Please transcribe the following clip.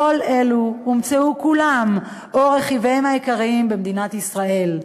כל אלו הומצאו כולם או רכיביהם העיקריים במדינת ישראל.